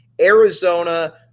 Arizona